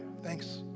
thanks